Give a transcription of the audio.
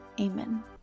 Amen